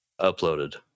uploaded